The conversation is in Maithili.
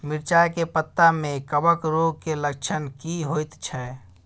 मिर्चाय के पत्ता में कवक रोग के लक्षण की होयत छै?